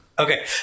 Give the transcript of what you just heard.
Okay